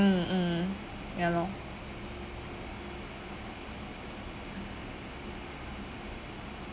mm mm ya lor